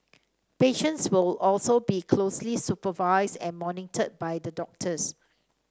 patients will also be closely supervised and monitored by the doctors